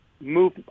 move